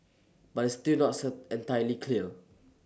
but it's still not sir entirely clear